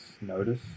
notice